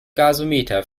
gasometer